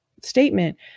statement